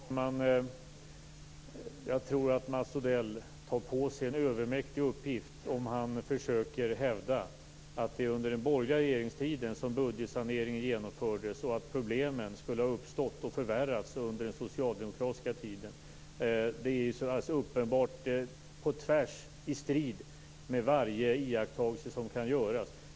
Herr talman! Jag tror att Mats Odell tar på sig en övermäktig uppgift om han försöker hävda att det var under den borgerliga regeringstiden som budgetsaneringen genomfördes och att problemen skulle ha uppstått och förvärrats under den socialdemokratiska tiden. Det står alldeles uppenbart i strid med varje iakttagelse som kan göras.